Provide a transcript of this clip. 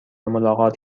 ملاقات